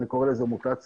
אני קורא לזה מוטציה.